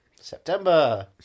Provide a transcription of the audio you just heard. September